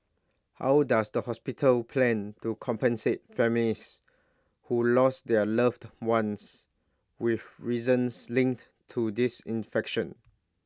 how does the hospital plan to compensate families who lost their loved ones with reasons linked to this infection